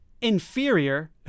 inferior